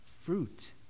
fruit